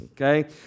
okay